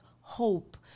hope